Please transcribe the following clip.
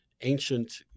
ancient